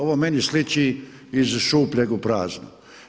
Ovo meni sliči iz šupljeg u prazno.